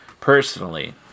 personally